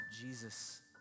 Jesus